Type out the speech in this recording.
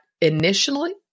initially